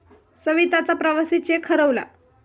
सविताचा प्रवासी चेक हरवला